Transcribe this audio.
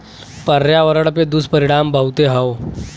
पर्यावरण पे दुष्परिणाम बहुते हौ